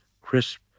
crisp